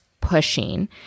pushing